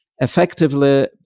Effectively